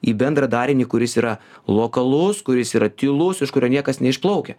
į bendrą darinį kuris yra lokalus kuris yra tylus iš kurio niekas neišplaukia